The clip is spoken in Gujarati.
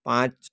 પાંચ